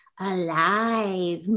alive